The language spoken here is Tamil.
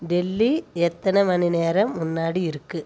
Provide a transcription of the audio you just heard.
டெல்லி எத்தனை மணிநேரம் முன்னாடி இருக்குது